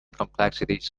complexities